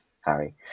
Harry